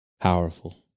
powerful